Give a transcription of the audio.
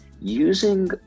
using